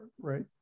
right